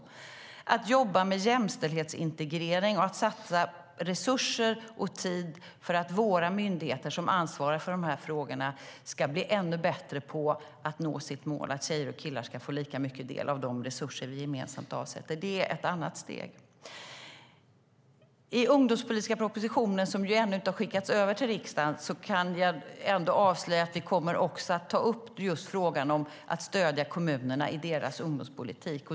Ett annat steg är att jobba med jämställdhetsintegrering och att satsa resurser och tid för att våra myndigheter som ansvarar för frågorna ska bli ännu bättre på att nå målet att tjejer och killar ska få lika stor del av de resurser vi avsätter gemensamt. Jag kan avslöja att vi i den ungdomspolitiska propositionen, som ännu inte har skickats över till riksdagen, också kommer att ta upp just frågan om att stödja kommunerna i deras ungdomspolitik.